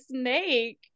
snake